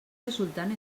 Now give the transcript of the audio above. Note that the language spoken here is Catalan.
resultant